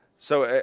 so,